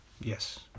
Yes